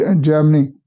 Germany